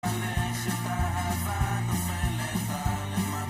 שלכת אהבה נופלת